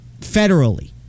federally